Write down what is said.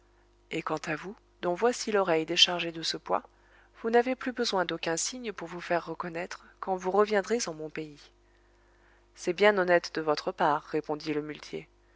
et quant à vous dont voici l'oreille déchargée de ce poids vous n'avez plus besoin d'aucun signe pour vous faire reconnaître quand vous reviendrez en mon pays c'est bien honnête de votre part répondit le muletier